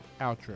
outro